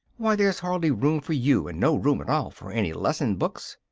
why, there's hardly room for you, and no room at all for any lesson-books!